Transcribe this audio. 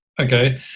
Okay